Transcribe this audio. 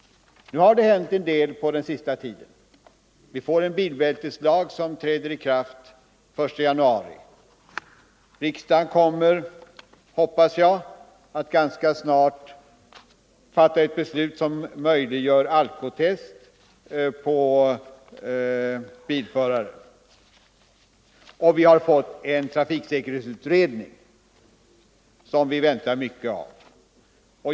Nu har det hänt en del på den senaste tiden. Vi får en bilbälteslag, som träder i kraft den 1 januari 1975. Riksdagen kommer, hoppas jag, att ganska snart fatta ett beslut som möjliggör alkotest på bilförare. Och vi har fått en trafiksäkerhetsutredning, som vi väntar mycket av.